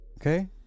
okay